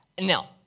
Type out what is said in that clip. Now